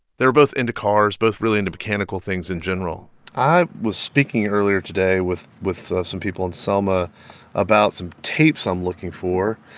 they were both into cars, both really into mechanical things in general i was speaking earlier today with with some people in selma about some tapes i'm looking for.